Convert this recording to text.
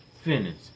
finish